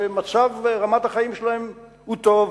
שמצב רמת החיים שלהם הוא טוב